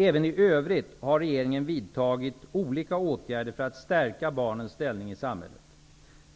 Även i övrigt har regeringen vidtagit olika åtgärder för att stärka barnens ställning i samhället.